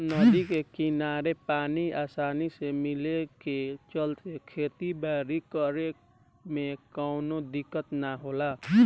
नदी के किनारे पानी आसानी से मिले के चलते खेती बारी करे में कवनो दिक्कत ना होला